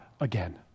again